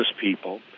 people